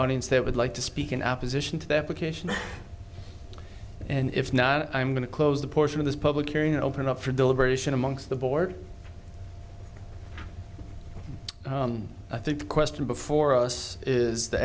audience that would like to speak in opposition to the application and if not i'm going to close a portion of this public area and open up for deliberation amongst the board i think the question before us is the